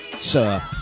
sir